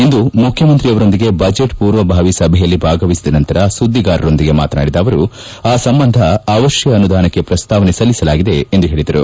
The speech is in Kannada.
ಇಂದು ಮುಖ್ಯಮಂತ್ರಿಯವರೊಂದಿಗೆ ಬಜೆಟ್ ಪೂರ್ವಭಾವಿ ಸಭೆಯಲ್ಲಿ ಭಾಗವಹಿಸಿದ ನಂತರ ಸುದ್ಲಿಗಾರರೊಂದಿಗೆ ಮಾತನಾಡಿದ ಸಚಿವರು ಆ ಸಂಬಂಧ ಅವಶ್ಯ ಅನುದಾನಕ್ಕೆ ಪ್ರಸ್ತಾವನೆ ಸಲ್ಲಿಸಲಾಗಿದೆ ಎಂದು ಹೇಳದರು